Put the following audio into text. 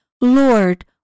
Lord